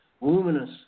Luminous